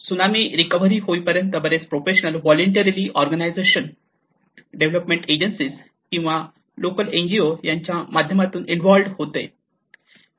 tsunami recovery होईपर्यंत बरेच professionals voluntary organisation development agency किंवा लोकल एनजीओ यांच्या माध्यमातून इन्व्हॉल्व्हड होते